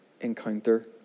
encounter